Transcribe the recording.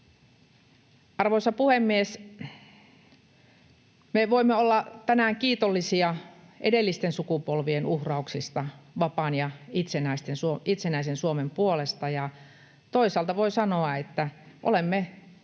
Arvoisa puhemies! Me voimme olla tänään kiitollisia edellisten sukupolvien uhrauksista vapaan ja itsenäisen Suomen puolesta, ja toisaalta voi sanoa, että olemme